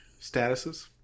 statuses